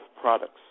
products